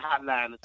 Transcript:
hotline